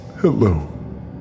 hello